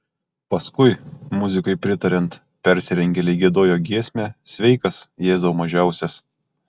paskui muzikai pritariant persirengėliai giedojo giesmę sveikas jėzau mažiausias